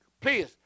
Please